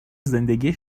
زندگی